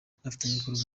n’abafatanyabikorwa